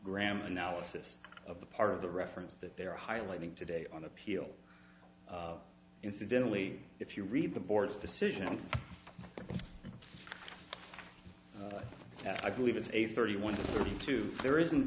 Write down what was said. grammar analysis of the part of the reference that they're highlighting today on appeal incidentally if you read the board's decision i believe is a thirty one to thirty two there isn't